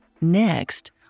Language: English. Next